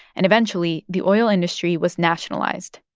and eventually, the oil industry was nationalized.